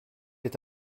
est